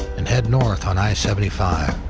and head north on i seventy five.